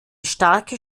starke